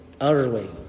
utterly